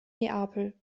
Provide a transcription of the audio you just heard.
neapel